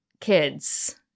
Kids